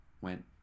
went